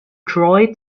troy